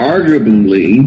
Arguably